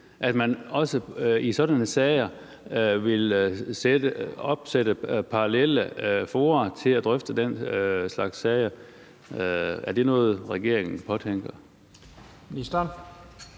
om abort i øjeblikket – vil nedsætte parallelle fora til at drøfte den slags sager? Er det noget, regeringen påtænker?